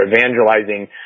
evangelizing